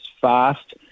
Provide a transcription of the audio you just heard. fast